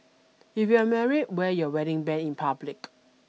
if you're married wear your wedding band in public